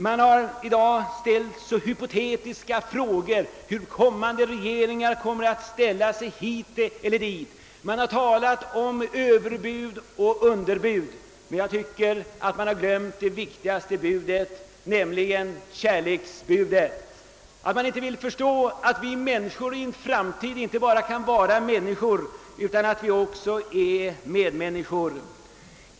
Det har i dag ställts hypotetiska frågor hur en kommande regering kommer att ställa sig i u-hjälpsfrågan, det har talats om överbud och underbud — jag tycker att man glömt det viktigaste budet, nämligen kärleksbudet. Man vill inte förstå att vi människor i framtiden inte bara kan vara människor utan också måste vara medmänniskor.